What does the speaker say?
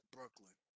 Brooklyn